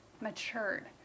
matured